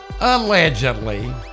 Allegedly